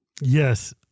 Yes